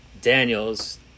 Daniels